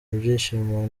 ibyishimo